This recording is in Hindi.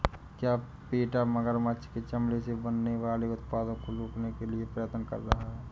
क्या पेटा मगरमच्छ के चमड़े से बनने वाले उत्पादों को रोकने का प्रयत्न कर रहा है?